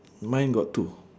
mine got two